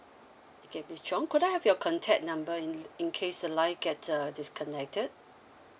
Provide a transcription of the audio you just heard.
okay miss chong could I have your contact number in in case the line gets uh disconnected